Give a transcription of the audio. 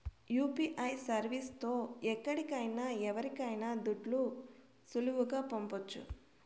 UPI service తో ఎక్కడికైనా ఎవరికైనా దుడ్లు సులువుగా పంపొచ్చు